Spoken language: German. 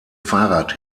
fahrrad